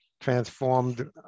transformed